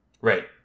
Right